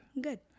Good